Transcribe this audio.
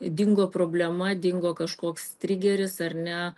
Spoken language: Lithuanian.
dingo problema dingo kažkoks trigeris ar ne